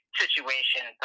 situation